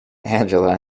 angela